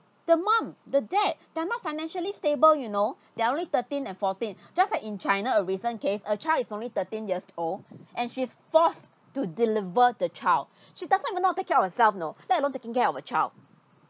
the mom the dad they're not financially stable you know they're only thirteen and fourteen just like in china a recent case a child is only thirteen years old and she's forced to deliver the child she doesn't even not take care of herself you know they're not taking care of a child